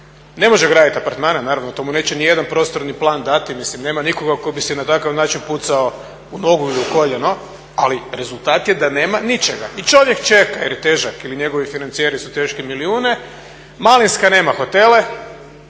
Ne može gradit apartmane, naravno to mu neće ni jedan prostorni plan dati. Mislim nema nikoga tko bi si na takav način pucao u nogu ili u koljeno, ali rezultat je da nema ničega. I čovjek čeka, jer je težak ili njegovi financijeri su teški milijune. Malinska nema hotele,